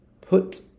Put